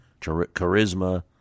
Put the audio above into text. charisma